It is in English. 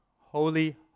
Holy